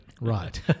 Right